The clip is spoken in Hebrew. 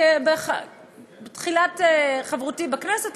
בתחילת חברותי בכנסת,